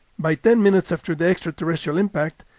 by ten minutes after the extraterrestrial impact,